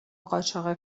قاچاق